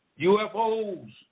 UFOs